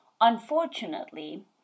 Unfortunately